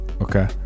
Okay